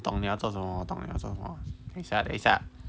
懂你要做什么懂你要做什么等一下等一下